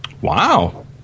Wow